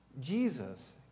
Jesus